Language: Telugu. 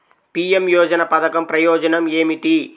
పీ.ఎం యోజన పధకం ప్రయోజనం ఏమితి?